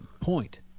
Point